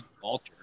Vulture